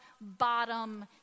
bottom